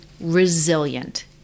resilient